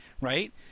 right